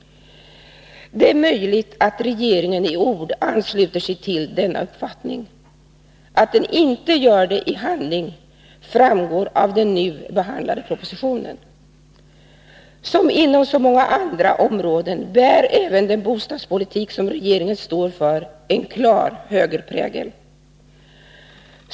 Det är möjligt att regeringen i ord ansluter sig till denna uppfattning. Att den inte gör det i handling framgår av den nu behandlade propositionen. Som inom så många andra områden bär även den bostadspolitik som regeringen står för en klar högerprägel.